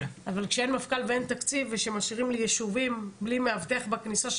אבל כשאין מפכ"ל ואין תקציב ושמשאירים לי יישובים בלי מאבטח בכניסה,